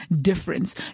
difference